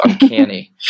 uncanny